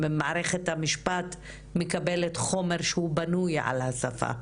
מערכת המשפט מקבלת חומר שהוא בנוי על השפה,